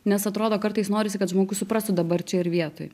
nes atrodo kartais norisi kad žmogus suprastų dabar čia ir vietoj